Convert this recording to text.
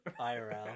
IRL